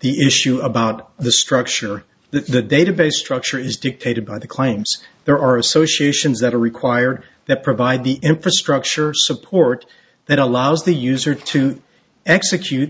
the issue about the structure the database structure is dictated by the claims there are associations that are required that provide the infrastructure support that allows the user to execute